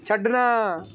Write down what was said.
ਛੱਡਣਾ